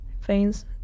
veins